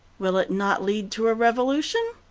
will it not lead to a revolution?